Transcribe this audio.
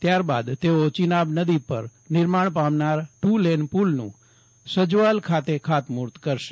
ત્યારબાદ તેઓ ચિનાબ નદી પર નિર્માણ પામનારા ટુ લેન પુલનું સજવાલ ખાત ખાતમુહર્ત કરશે